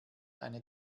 eine